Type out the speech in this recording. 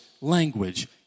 language